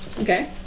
Okay